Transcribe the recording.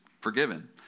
forgiven